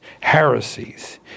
heresies